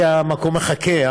כי המקום מחכה.